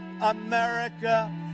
America